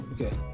Okay